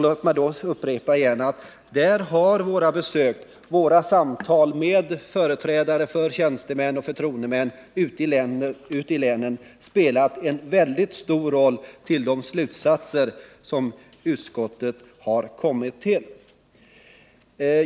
Låt mig upprepa att våra besök och våra samtal med tjänstemän och förtroendemän ute i länen har spelat en väldigt stor roll för de slutsatser som utskottet har dragit.